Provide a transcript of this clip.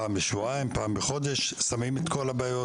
פעם בשבועיים או פעם בחודש שמים את כל הבעיות